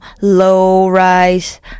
low-rise